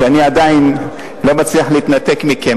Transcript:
שאני עדיין לא מצליח להתנתק מכם,